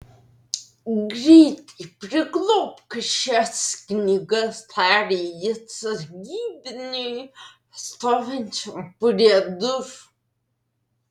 greitai priglobk šias knygas tarė jis sargybiniui stovinčiam prie durų